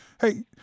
Hey